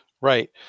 Right